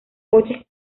coches